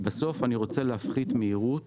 בסוף, אני רוצה להפחית מהירות